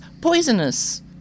poisonous